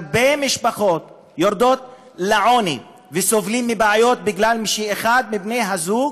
הרבה משפחות יורדות לעוני וסובלות מבעיות משום שאחד מבני הזוג